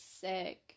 sick